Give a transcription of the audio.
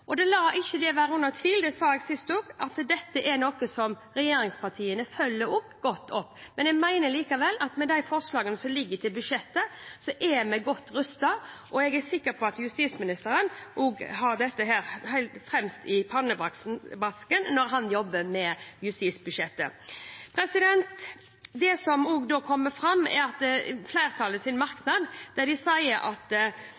det ikke være noen tvil – det sa jeg også sist: Dette er noe som regjeringspartiene følger godt opp. Jeg mener likevel at med de forslagene som ligger i budsjettet, er vi godt rustet, og jeg er sikker på at justisministeren også har dette fremst i pannebrasken når han jobber med justisbudsjettet. Det som også kommer fram, er at i flertallsmerknaden sier de at